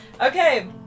Okay